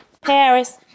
Paris